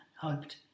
hoped